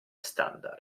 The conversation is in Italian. standard